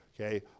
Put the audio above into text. Okay